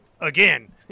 Again